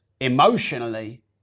Emotionally